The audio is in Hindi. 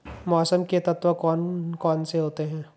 मौसम के तत्व कौन कौन से होते हैं?